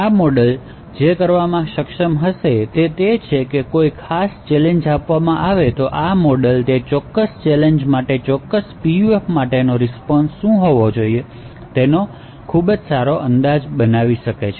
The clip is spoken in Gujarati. આ મોડેલ જે કરવામાં સક્ષમ હશે તે તે છે કે કોઈ ખાસ ચેલેંજ આપવામાં આવે તો આ મોડેલ તે ચોક્કસ ચેલેંજ માટે ચોક્કસ PUF માટેનો રીસ્પોન્શ શું હોવો જોઈએ તેનો ખૂબ સારો અંદાજ બનાવી શકે છે